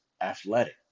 athletic